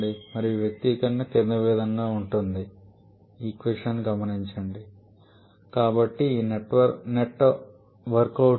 మరియు వ్యక్తీకరణ క్రింది విధంగా ఉంది కాబట్టి ఇది నెట్ వర్క్ అవుట్పుట్